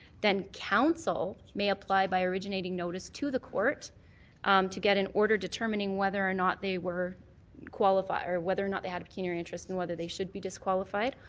then council may apply by originating notice to the court to get an order determining whether or not they were qualified or whether or not they will pecuniary interest and whether they should be disqualified.